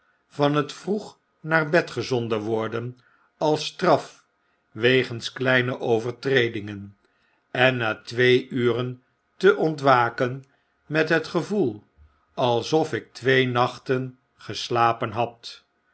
van het vroeg naar bed gezonden worden alsstrafwegens kleinp overtredingen en na twee uren te ontwaken met het gevoel alsof ik twee nachten geslapen had